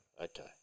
Okay